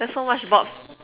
there's so much Bobs